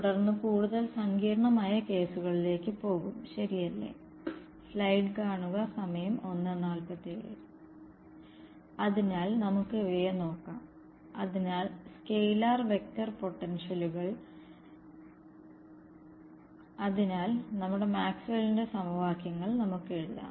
അതിനാൽ മാക്സ്വെല്ലിന്റെ സമവാക്യങ്ങളിൽ Maxwell's equation നിന്ന് നമ്മൾ കണ്ടത് നിങ്ങൾ എനിക്ക് കറന്റ് നൽകിയാൽ എനിക്ക് E H എന്നിവ കണക്കാക്കാം അതാണ് നമ്മുടെ നേരായ വഴി അല്ലേ